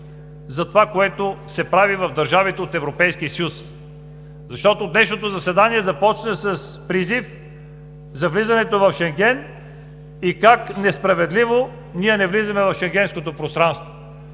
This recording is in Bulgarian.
за това, което се прави в държавите от Европейския съюз? Днешното заседание започна с призив за влизането в Шенген и как несправедливо ние не влизаме в Шенгенското пространство.